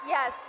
Yes